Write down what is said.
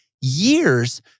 years